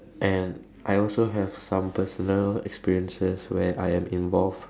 and I also have some personal experiences where I am involved